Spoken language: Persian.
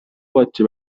باجه